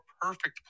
perfect